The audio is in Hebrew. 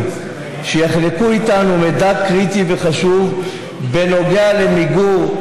שיחלקו איתנו מידע קריטי וחשוב בנוגע למיגור,